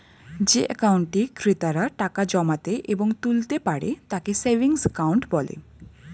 যে অ্যাকাউন্টে ক্রেতারা টাকা জমাতে এবং তুলতে পারে তাকে সেভিংস অ্যাকাউন্ট বলে